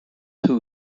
who